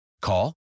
Call